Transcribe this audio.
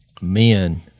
men